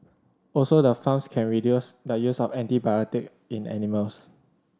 also the farms can reduce the use of antibiotic in animals